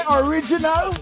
original